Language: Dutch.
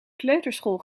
kleuterschool